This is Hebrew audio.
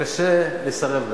שקשה לסרב להן,